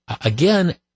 again